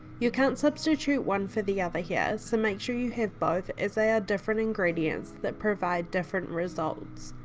you can't substitute one for the other here so make sure you have both as they are different ingredients that provide different results.